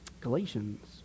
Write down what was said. Galatians